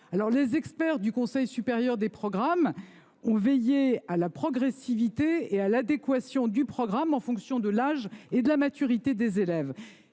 Les experts du Conseil supérieur des programmes ont ainsi veillé à la progressivité et à l’adéquation du programme, en fonction de l’âge et de la maturité des élèves.